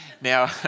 Now